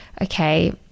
okay